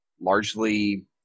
largely